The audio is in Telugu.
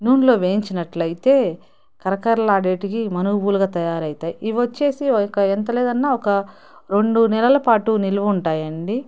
నూనెలో వేయించినట్లయితే కరకరలాడేటి మనువులాగా తయారవవుతాయి ఇవి వచ్చేసి ఎంతలేదన్నా ఒక రెండు నెలల పాటు నిల్వ ఉంటాయండి